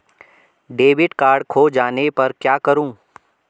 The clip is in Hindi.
डेबिट कार्ड खो जाने पर क्या करूँ?